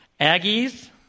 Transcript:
Aggies